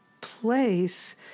place